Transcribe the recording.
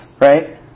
right